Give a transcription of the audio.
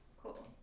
Cool